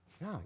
No